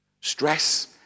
Stress